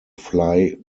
fly